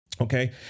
Okay